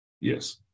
Yes